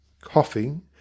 coughing